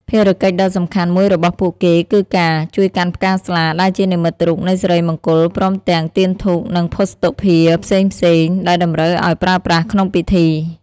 ភារកិច្ចដ៏សំខាន់មួយរបស់ពួកគេគឺការ ជួយកាន់ផ្កាស្លា ដែលជានិមិត្តរូបនៃសិរីមង្គល ព្រមទាំង ទៀនធូប និង ភ័ស្តុភារផ្សេងៗ ដែលតម្រូវឱ្យប្រើប្រាស់ក្នុងពិធី។